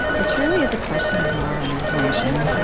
which really is a question of moral imagination. yeah